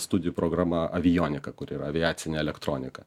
studijų programa avionika kur yra aviacinė elektronika